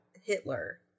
Hitler